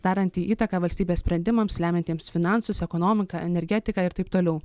daranti įtaką valstybės sprendimams lemiantiems finansus ekonomiką energetiką ir taip toliau